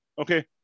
Okay